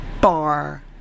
bar